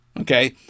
okay